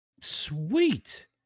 Sweet